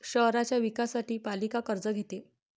शहराच्या विकासासाठी पालिका कर्ज घेते